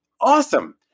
awesome